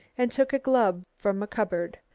and took a glove from a cupboard.